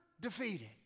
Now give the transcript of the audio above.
defeated